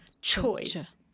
Choice